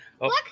Look